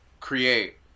create